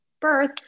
birth